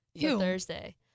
Thursday